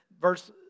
verse